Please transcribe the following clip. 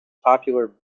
popular